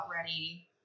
ready